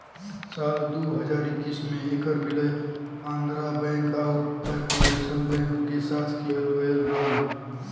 साल दू हज़ार इक्कीस में ऐकर विलय आंध्रा बैंक आउर कॉर्पोरेशन बैंक के साथ किहल गयल रहल